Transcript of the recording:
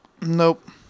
Nope